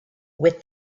with